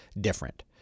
different